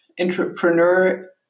entrepreneur